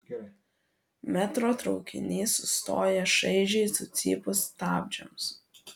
metro traukinys sustoja šaižiai sucypus stabdžiams